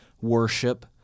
worship